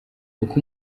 uko